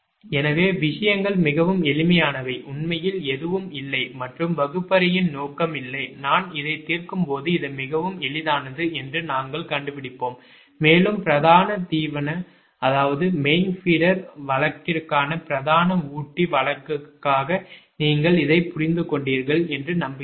எனவே விஷயங்கள் மிகவும் எளிமையானவை உண்மையில் எதுவும் இல்லை மற்றும் வகுப்பறையின் நோக்கம் இல்லை நான் இதைத் தீர்க்கும்போது இது மிகவும் எளிதானது என்று நாங்கள் கண்டுபிடிப்போம் மேலும் பிரதான தீவன வழக்கிற்கான பிரதான ஊட்டி வழக்குக்காக நீங்கள் இதைப் புரிந்து கொண்டீர்கள் என்று நம்புகிறேன்